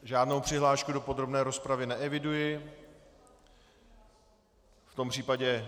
Žádnou přihlášku do podrobné rozpravy neeviduji, v tom případě...